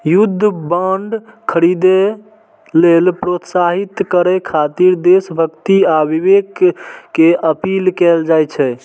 युद्ध बांड खरीदै लेल प्रोत्साहित करय खातिर देशभक्ति आ विवेक के अपील कैल जाइ छै